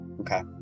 Okay